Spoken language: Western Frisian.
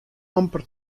amper